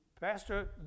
pastor